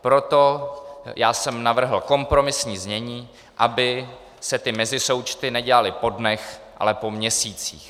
Proto jsem navrhl kompromisní znění, aby se mezisoučty nedělaly po dnech, ale po měsících.